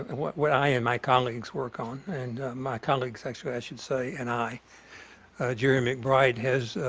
what what i and my colleagues work on, and my colleagues actually i should say, and i jere mcbride has